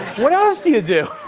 what else do you do?